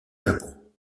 japon